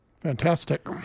Fantastic